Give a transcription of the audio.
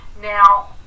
Now